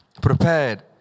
prepared